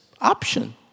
option